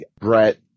Brett